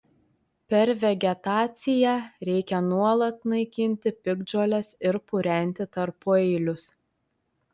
per vegetaciją reikia nuolat naikinti piktžoles ir purenti tarpueilius